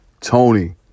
tony